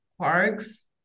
parks